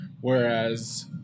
whereas